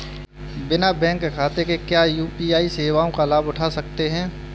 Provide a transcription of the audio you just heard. बिना बैंक खाते के क्या यू.पी.आई सेवाओं का लाभ उठा सकते हैं?